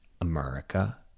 America